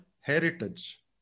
heritage